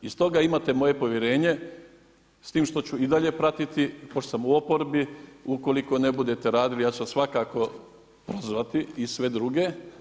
I stoga imate moje povjerenje, s tim što ću i dalje pratiti, pošto sam u oporbi, ukoliko ne budete radili, ja ću vas svakako prozvati i sve druge.